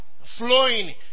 flowing